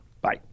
Bye